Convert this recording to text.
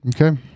okay